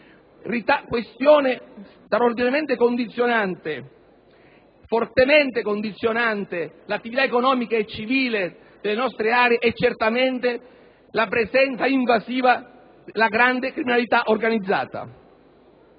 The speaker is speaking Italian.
in un congruo periodo. Questione fortemente condizionante l'attività economica e civile delle nostre aree è certamente la presenza invasiva della grande criminalità organizzata.